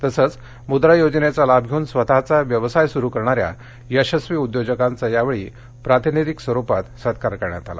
तसंच मुद्रा योजनेचा लाभ घेऊन स्वतचा व्यवसाय सुरू करणाऱ्या यशस्वी उद्योजकांचा यावेळी प्रातिनिधीक स्वरूपात सत्कार करण्यात आला